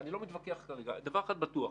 אני כרגע לא מתווכח אבל דבר אחד בטוח,